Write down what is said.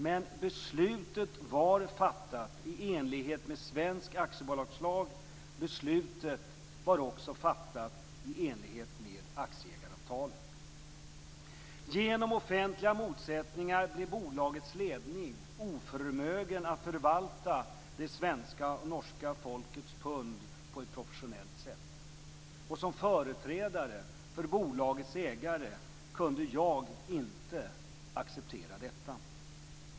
Men beslutet var fattat i enlighet med svensk aktiebolagslag. Beslutet var också fattat i enlighet med aktieägaravtalet. Genom offentliga motsättningar blev bolagets ledning oförmögen att förvalta det svenska och det norska folkets pund på ett professionellt sätt. Som företrädare för bolagets ägare kunde jag inte acceptera detta.